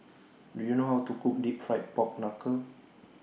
Do YOU know How to Cook Deep Fried Pork Knuckle